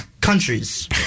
countries